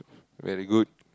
very good